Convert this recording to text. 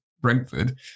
Brentford